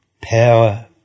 power